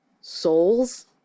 souls